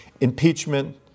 Impeachment